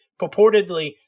purportedly